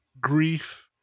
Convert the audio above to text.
grief